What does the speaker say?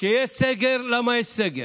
כשיש סגר, למה יש סגר?